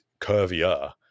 curvier